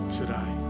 today